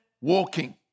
walking